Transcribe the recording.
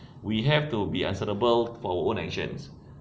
we have to be answerable for our own actions